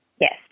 Yes